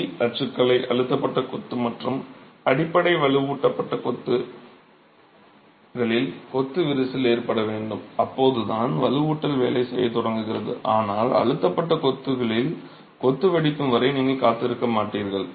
இறுதி அச்சுக்கலை அழுத்தப்பட்ட கொத்து மற்றும் அடிப்படையில் வலுவூட்டப்பட்ட கொத்துகளில் கொத்து விரிசல் ஏற்பட வேண்டும் அப்போதுதான் வலுவூட்டல் வேலை செய்யத் தொடங்குகிறது ஆனால் அழுத்தப்பட்ட கொத்துகளில் கொத்து வெடிக்கும் வரை நீங்கள் காத்திருக்கமாட்டீர்கள்